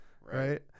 right